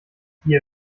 dir